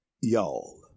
y'all